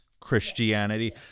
Christianity